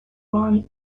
run